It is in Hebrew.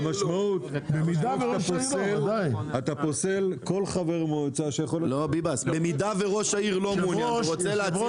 המשמעות אתה פוסל כל חבר מועצה -- זאת פשרה שמקובלת עליכם?